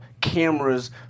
cameras